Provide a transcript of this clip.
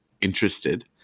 interested